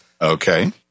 Okay